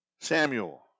Samuel